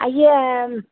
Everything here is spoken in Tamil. ஐய்யம்